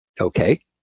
okay